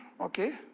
okay